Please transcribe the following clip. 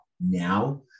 now